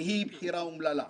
והיא בחירה אומללה.